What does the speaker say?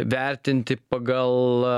vertinti pagal